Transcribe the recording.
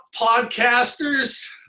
podcasters